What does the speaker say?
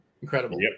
Incredible